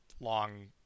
long